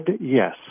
Yes